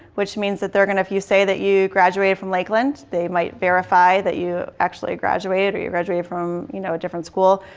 which means that they're going to if you that you graduated from lakeland, they might verify that you actually graduated or you graduate from you know a different school.